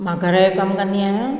मां घर जो कमु कंदी आहियां